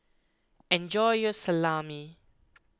enjoy your Salami